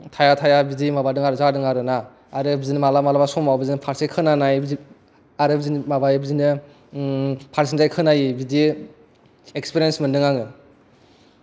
थाया थाया बिदि माबादों आरो जादों आरो ना आरो बिदिनो मालाबा मालाबा समाव बिदिनो फारसे खोनानाय आरो बिदिनो फारसेथिं जाय खोनायि बिदि एक्सफिरियेनस मोन्दों आङो